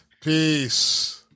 Peace